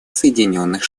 соединенных